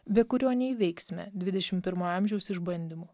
be kurio neįveiksime dvidešimt pirmojo amžiaus išbandymų